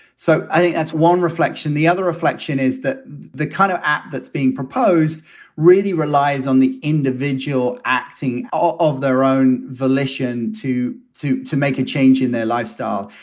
so i think that's one reflection. the other reflection is that the kind of app that's being proposed really relies on the individual acting all of their own volition to to to make a change in their lifestyle.